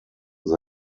they